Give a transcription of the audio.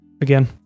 again